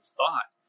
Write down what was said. thought